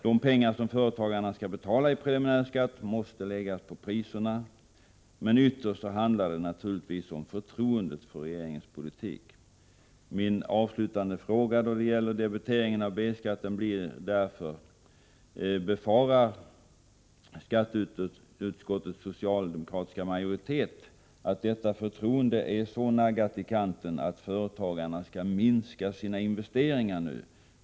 De pengar som företagarna skall betala i preliminär skatt måste tas ut på priserna. Ytterst handlar det naturligtvis om förtroendet för regeringens politik. Min avslutande fråga då det gäller debitering av B-skatt blir därför: Befarar skatteutskottets socialdemokratiska majoritet att detta förtroende är så naggat i kanten att företagarna nu skall minska sina investeringar?